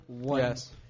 Yes